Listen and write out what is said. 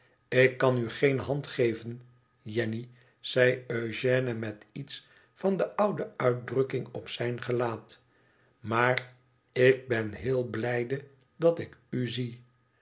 ik kan u geen hand geven jenny zei eugène met iets van de oude uitdrukking op zijn gelaat maar ik ben heel blijde dat ik u zie